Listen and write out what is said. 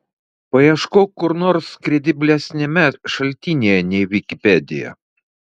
paieškok kur nor krediblesniame šaltinyje nei vikipedija